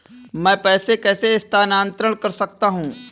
मैं पैसे कैसे स्थानांतरण कर सकता हूँ?